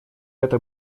это